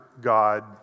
God